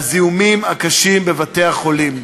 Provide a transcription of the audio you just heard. הזיהומים הקשים בבתי-החולים.